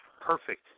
perfect